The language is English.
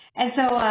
and so,